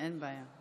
אין בעיה.